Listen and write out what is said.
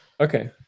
Okay